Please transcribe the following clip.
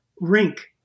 rink